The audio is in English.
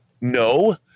no